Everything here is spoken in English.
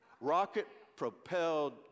rocket-propelled